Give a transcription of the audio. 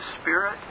Spirit